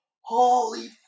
holy